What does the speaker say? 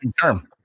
term